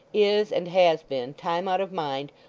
is, and has been time out of mind,